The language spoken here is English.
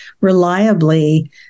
reliably